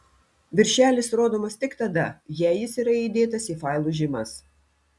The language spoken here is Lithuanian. viršelis rodomas tik tada jei jis yra įdėtas į failo žymas